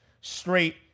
straight